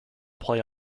play